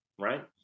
right